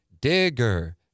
Digger